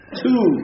two